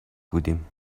بودیم